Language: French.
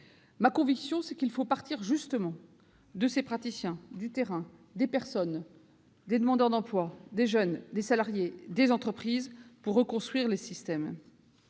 Ma conviction, c'est en effet qu'il faut partir du terrain, des praticiens, des personnes, des demandeurs d'emploi, des jeunes, des salariés, des entreprises, pour reconstruire les systèmes.